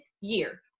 year